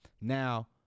Now